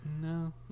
No